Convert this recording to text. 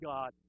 God